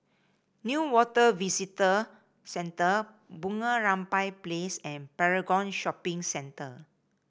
Newater Visitor Centre Bunga Rampai Place and Paragon Shopping Centre